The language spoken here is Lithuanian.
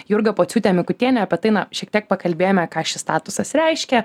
jurga pociūte mikutiene apie tai na šiek tiek pakalbėjome ką šis statusas reiškia